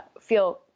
feel